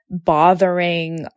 bothering